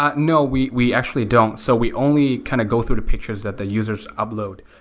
um no, we we actually don't. so we only kind of go through the pictures that the users upload.